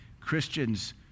Christians